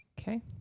Okay